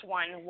one